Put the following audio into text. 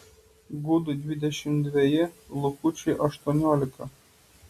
gudui dvidešimt dveji lukučiui aštuoniolika